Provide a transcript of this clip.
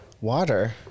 Water